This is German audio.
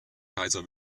kaiser